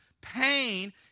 pain